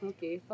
Okay